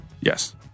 Yes